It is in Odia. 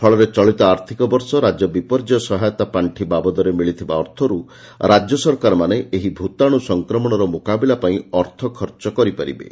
ଫଳରେ ଚଳିତ ଆର୍ଥିକ ବର୍ଷ ରାଜ୍ୟ ବିପର୍ଯ୍ୟୟ ସହାୟତା ପାଖି ବାବଦରେ ମିଳିଥିବା ଅର୍ଥରୁ ରାଜ୍ୟ ସରକାରମାନେ ଏହି ଭୂତାଣୁ ସଂକ୍ରମଣର ମୁକାବିଲା ପାଇଁ ଅର୍ଥ ଖର୍ଚ କରିପାରିବେ